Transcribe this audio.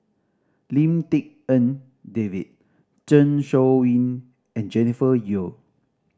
Lim Tik En David Zeng Shouyin and Jennifer Yeo